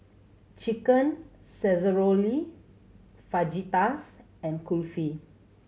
Chicken Casserole Fajitas and Kulfi